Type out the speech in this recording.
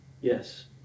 Yes